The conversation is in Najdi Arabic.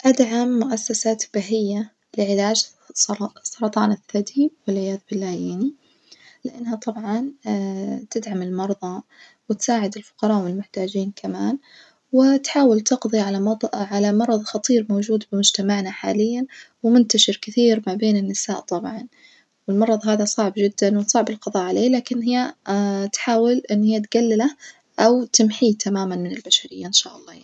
أدعم مؤسسة بهية لعلاج سر سرطان الثدي والعياذ بالله يعني، لأنها طبعًا تدعم المرظى وتساعد االفقراء والمحتاجين كمان وتحاول تقظي على مظ على مرظ خطير موجود بمجتمعنا حاليًا ومنتشر كثير ما بين النساء طبعًا، والمرظ هذا صعب جدًا وصعب القظاء عليه لكن هي تحاول إن هي تجلله أو تمحيه تمامًا من البشرية إن شاء الله يعني.